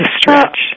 stretch